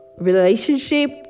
relationship